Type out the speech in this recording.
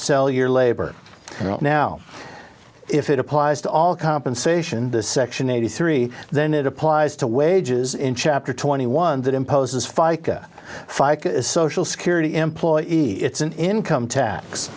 sell your labor now if it applies to all compensation the section eighty three then it applies to wages in chapter twenty one that imposes fica fica social security employee it's an income tax